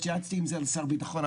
התייעצתי על זה עם שר הביטחון,